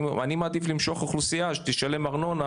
אני מעדיף למשוך אוכלוסייה שתשלם ארנונה